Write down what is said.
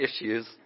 issues